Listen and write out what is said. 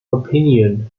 opinion